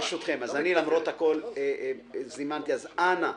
למרות הכול זימנתי את הדיון, אז אנא,